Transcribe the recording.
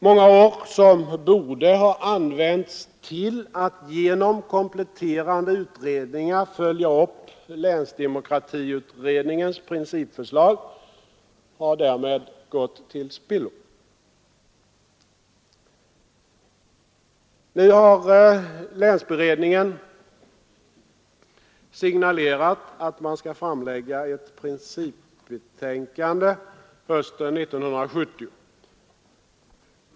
Många år, som borde ha använts till att genom kompletterande utredningar följa upp länsdemokratiutredningens principförslag, har därmed gått till spillo. Nu har länsberedningen signalerat att den skall framlägga ett principbetänkande hösten 1974.